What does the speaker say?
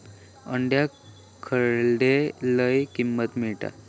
अंड्याक खडे लय किंमत मिळात?